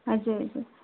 हजुर हजुर